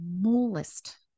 smallest